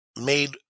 made